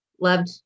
loved